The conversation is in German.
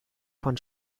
von